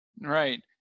right